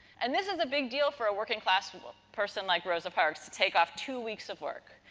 and, this is a big deal for a working class person like rosa parks to take off two weeks of work.